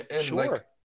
Sure